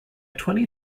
twenty